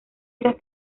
estas